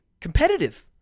Competitive